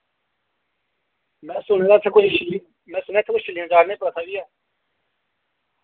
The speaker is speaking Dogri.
में सुने दा उत्थै कोई में सुने उत्थै कोई छिल्लियां चाढ़ने दी प्रथा बी ऐ